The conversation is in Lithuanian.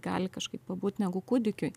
gali kažkaip pabūt negu kūdikiui